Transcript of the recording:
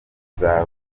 kuva